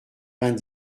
vingt